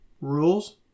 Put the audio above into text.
Rules